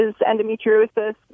endometriosis